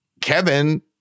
Kevin